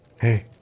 Hey